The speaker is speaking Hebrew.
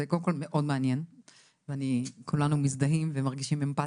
זה קודם כל מאוד מעניין וכולנו מזדהים ומרגישים אמפטיה,